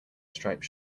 striped